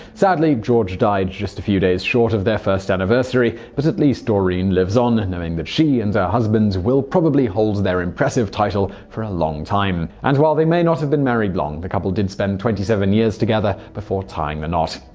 sadly, george died just a few days short of their first anniversary, but at least doreen lives on and knowing but she and her husband will probably hold their impressive title for a long time. and while they may not have been married long, the couple spent twenty seven years together before tying the knot.